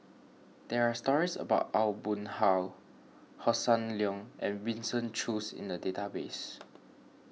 there are stories about Aw Boon Haw Hossan Leong and Winston Choos in the database